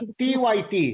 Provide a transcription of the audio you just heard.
tyt